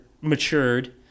matured